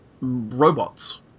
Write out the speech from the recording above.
robots